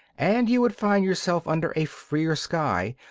and you would find yourself under a freer sky,